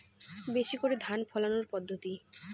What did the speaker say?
বেশি করে ধান ফলানোর পদ্ধতি?